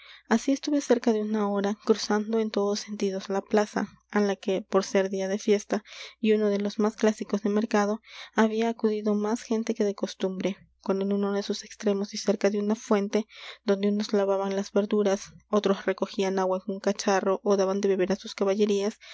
así estuve cerca de una hora cruzando en todos sentidos la plaza á la que por ser día de fiesta y uno de los más clásicos de mercado había acudido más gente que de costumbre cuando en uno de sus extremos y cerca de una fuente donde unos lavaban las verduras otros recogían agua en un cacharro ó daban de beber á sus caballerías